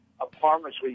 apartments